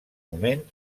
moment